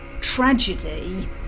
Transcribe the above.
tragedy